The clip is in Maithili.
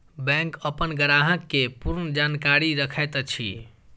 बैंक अपन ग्राहक के पूर्ण जानकारी रखैत अछि